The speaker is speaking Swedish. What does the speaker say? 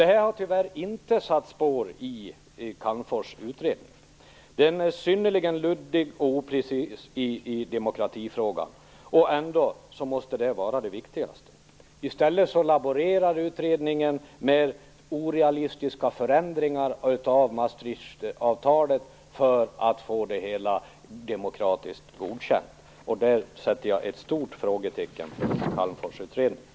Det här har tyvärr inte satt spår i Calmfors utredning. Den är synnerligen luddig och oprecis i demokratifrågan. Ändå måste den vara den viktigaste. I stället laborerar utredningen med orealistiska förändringar av Maastrichtavtalet för att få det hela demokratiskt godkänt. Därvidlag sätter jag ett stort frågetecken för Calmforsutredningen.